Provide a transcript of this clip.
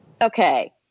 okay